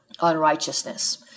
unrighteousness